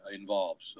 involved